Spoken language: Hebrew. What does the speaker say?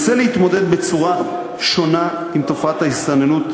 שמנסה להתמודד בצורה שונה עם תופעת ההסתננות,